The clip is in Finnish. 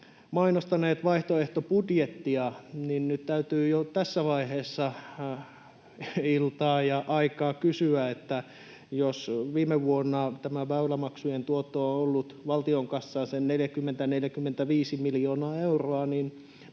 mainostaneet vaihtoehtobudjettia, niin nyt täytyy jo tässä vaiheessa iltaa ja aikaa kysyä, että jos viime vuonna tämä väylämaksujen tuotto on ollut valtion kassaan sen 40—45 miljoonaa euroa, niin